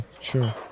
sure